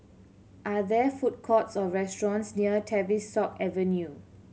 are there food courts or restaurants near Tavistock Avenue